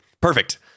perfect